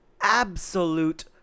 absolute